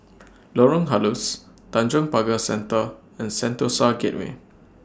Lorong Halus Tanjong Pagar Centre and Sentosa Gateway